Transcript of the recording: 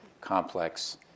complex